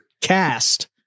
cast